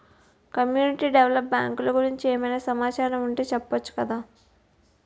community develop బ్యాంకులు గురించి ఏమైనా సమాచారం ఉంటె చెప్పొచ్చు కదేటి